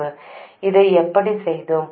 இதை எப்படி செய்தோம்